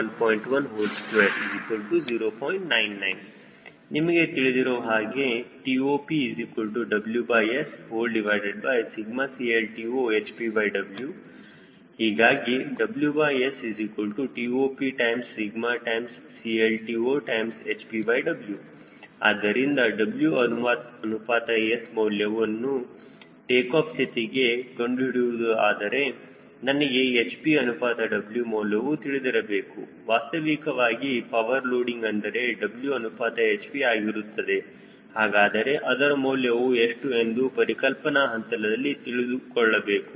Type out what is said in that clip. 99 ನಮಗೆ ತಿಳಿದಿರುವ ಹಾಗೆ TOPWSCLTO ಹೀಗಾಗಿ WSTOPCLTOhpW ಆದ್ದರಿಂದ W ಅನುಪಾತ S ಮೌಲ್ಯವನ್ನು ಟೇಕಾಫ್ ಸ್ಥಿತಿಗೆ ಕಂಡುಹಿಡಿಯುವುದು ಆದರೆ ನನಗೆ hp ಅನುಪಾತ W ಮೌಲ್ಯವು ತಿಳಿದಿರಬೇಕು ವಾಸ್ತವಿಕವಾಗಿ ಪವರ್ ಲೋಡಿಂಗ್ ಅಂದರೆ W ಅನುಪಾತ hp ಆಗಿರುತ್ತದೆ ಹಾಗಾದರೆ ಅದರ ಮೌಲ್ಯವು ಎಷ್ಟು ಎಂದು ಪರಿಕಲ್ಪನಾ ಹಂತದಲ್ಲಿ ತೆಗೆದುಕೊಳ್ಳಬೇಕು